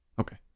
Okay